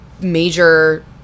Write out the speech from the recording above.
major